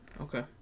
Okay